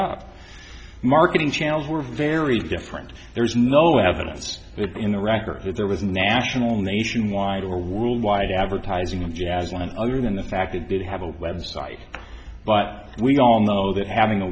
up marketing channels were very different there's no zero evidence in the record that there was a national nationwide or worldwide advertising of jazz when other than the fact it did have a website but we all know that having a